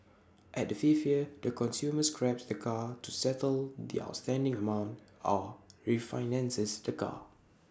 at the fifth year the consumer scraps the car to settle the outstanding amount or refinances the car